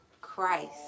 Christ